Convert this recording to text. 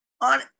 on